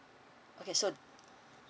okay so